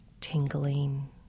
tingling